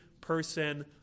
person